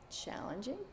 Challenging